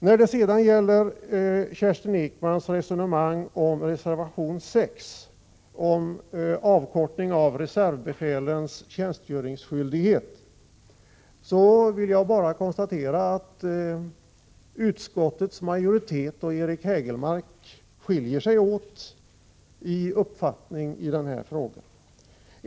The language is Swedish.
När det sedan gäller Kerstin Ekmans resonemang om reservation 6 om avkortning av reservbefälens tjänstgöringsskyldighet vill jag bara konstatera att utskottets majoritet och Eric Hägelmark skiljer sig åt i uppfattning i den här frågan.